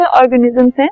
organisms